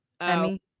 Emmy